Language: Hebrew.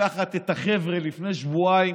לקחת את החבר'ה לפני שבועיים,